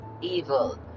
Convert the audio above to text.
evil